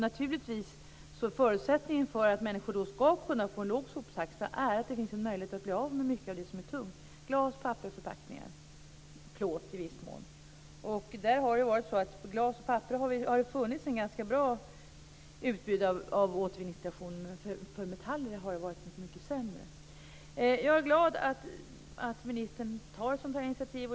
Naturligtvis är förutsättningen för att människor skall kunna få en låg soptaxa att det finns en möjlighet att bli av med mycket av det som är tungt: glas, papper, förpackningar och i viss mån plåt. Det har funnits ett ganska bra utbud av återvinningsstationer för glas och papper, men det har varit mycket sämre för metaller. Jag är glad över att ministern tar ett sådant här initiativ.